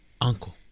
uncle